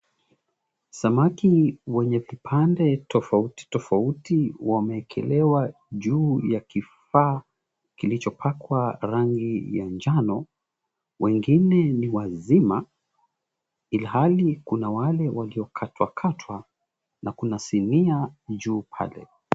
Samaki wenye vipande tofauti tofauti, wamewekelewa juu ya kifaa kilicho pakwa rangi ya njano, wengine ni wazima, ilihali kuna wale walio katwa katwa na kuna sinia juu pale.